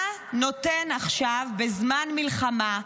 מה נותן עכשיו, בזמן מלחמה,